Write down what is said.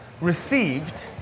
received